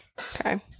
Okay